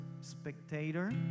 spectator